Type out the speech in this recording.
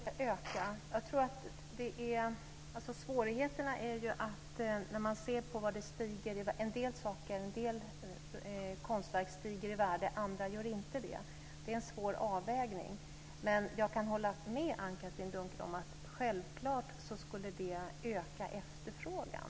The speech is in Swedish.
Herr talman! Ja, det skulle säkert öka efterfrågan. Svårigheten är att en del konstverk stiger i värde medan andra inte gör det. Det innebär en svår avvägning. Men jag kan hålla med Anne-Katrine Dunker om att det självfallet skulle öka efterfrågan.